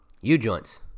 U-joints